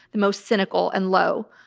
the most cynical and low.